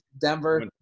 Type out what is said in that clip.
Denver